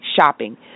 shopping